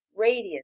Radiant